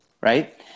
Right